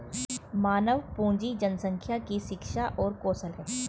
मानव पूंजी जनसंख्या की शिक्षा और कौशल है